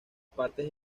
partes